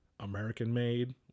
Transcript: american-made